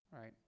right